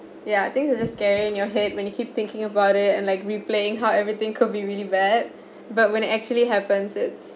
ya things are just scary in your head when you keep thinking about it and like replaying how everything could be really bad but when it actually happened it's